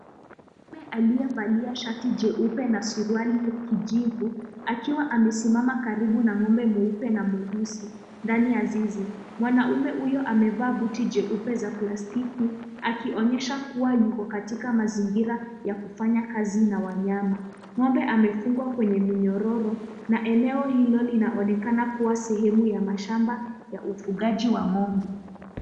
Mwanamume aliyevalia shati jeupe na suruali ya kijivu, akiwa amesimama karibu na ng'ombe mweupe na mweusi ndani ya zizi. Mwanaume huyo amevaa buti jeupe za plastiki, akionyesha kuwa yuko katika mazingira ya kufanya kazi na wanyama. Ng'ombe amefungwa kwenye minyororo, na eneo hilo linaonekana kuwa sehemu ya mashamba ya ufugaji wa ng'ombe.